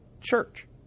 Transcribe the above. church